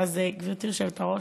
גברתי היושבת-ראש,